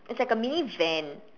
it's like a mini van